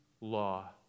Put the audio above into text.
law